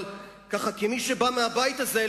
אבל כמי שבא מהבית הזה,